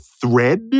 thread